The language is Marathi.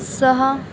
सहा